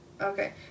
Okay